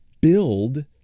build